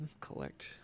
collect